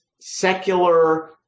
secular